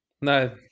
No